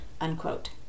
unquote